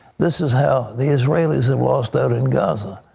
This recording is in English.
this is how the israelis have lost out in gaza.